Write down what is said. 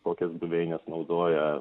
kokias buveines naudoja